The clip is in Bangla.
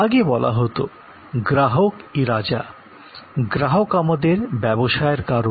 আগে বলা হতো গ্রাহকই রাজা গ্রাহক আমাদের ব্যবসায়ের কারণ